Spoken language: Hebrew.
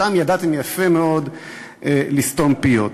שם ידעתם יפה מאוד לסתום פיות.